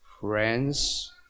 friends